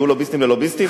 יהיו לוביסטים ללוביסטים?